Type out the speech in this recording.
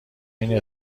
این